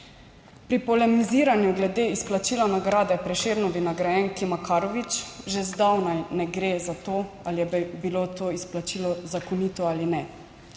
Pri polemiziranju glede izplačila nagrade Prešernovi nagrajenki Makarovič že zdavnaj ne gre za to, ali bi bilo to izplačilo zakonito ali ne.